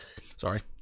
Sorry